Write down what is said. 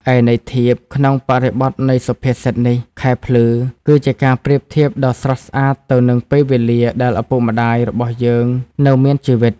ឯន័យធៀប ក្នុងបរិបទនៃសុភាសិតនេះ ខែភ្លឺ គឺជាការប្រៀបធៀបដ៏ស្រស់ស្អាតទៅនឹង ពេលវេលាដែលឪពុកម្តាយរបស់យើងនៅមានជីវិត។